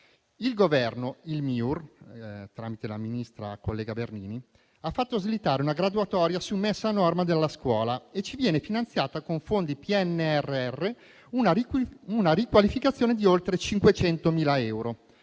ricerca (MIUR), tramite la ministra, collega Bernini, ha fatto slittare una graduatoria su messa a norma della scuola e ci viene finanziata con fondi PNRR una riqualificazione di oltre 500.000 euro.